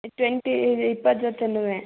twenty ಇಪ್ಪತ್ತು ಜೊತೆನು